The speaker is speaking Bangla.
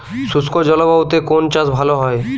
শুষ্ক জলবায়ুতে কোন চাষ ভালো হয়?